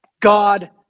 God